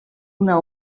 una